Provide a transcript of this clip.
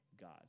God